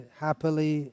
happily